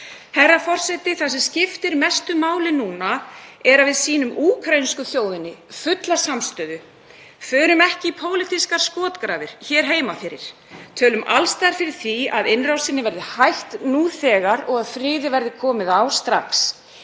Herra forseti. Það sem skiptir mestu máli núna er að við sýnum úkraínsku þjóðinni fulla samstöðu, förum ekki í pólitískar skotgrafir hér heima fyrir og tölum alls staðar fyrir því að innrásinni verði hætt nú þegar og að friði verði komið á strax.